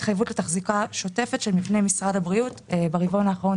התחייבות לתחזוקה שוטפת של מבני משרד הבריאות ברבעון האחרון